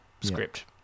script